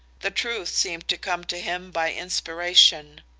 the truth seemed to come to him by inspiration.